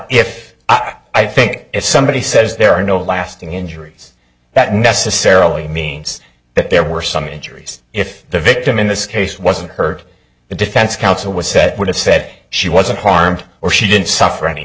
but if i think if somebody says there are no lasting injuries that necessarily means that there were some injuries if the victim in this case wasn't heard the defense counsel was said would have said she wasn't harmed or she didn't suffer any